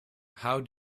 how